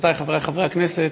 חברותי וחברי חברי הכנסת,